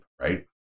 right